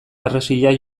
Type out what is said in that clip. harresia